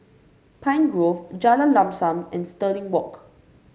Pine Grove Jalan Lam Sam and Stirling Walk